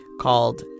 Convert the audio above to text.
called